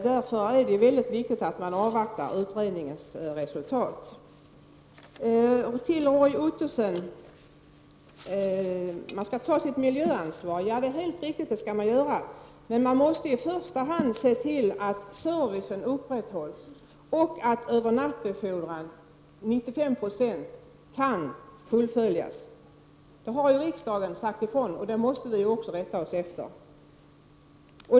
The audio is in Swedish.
Därför är det viktigt att man avvaktar utredningens resultat. Roy Ottosson säger att man skall ta sitt miljöansvar. Ja, det är alldeles riktigt, men man måste i första hand se till att servicen upprätthålls och att 95 96 av behovet av övernattbefordran kan tillgodoses. Detta har riksdagen uttalat, och det måste vi rätta oss efter.